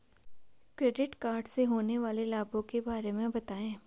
Credit card से होने वाले लाभों के बारे में बताएं?